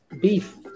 beef